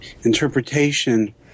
interpretation